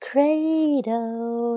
Cradle